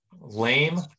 Lame